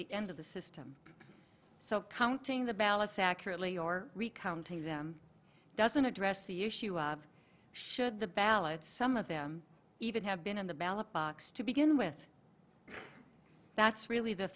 the end of the system so counting the ballots accurately or recounting them doesn't address the issue of should the ballots some of them even have been in the ballot box to begin with that's really the